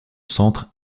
centre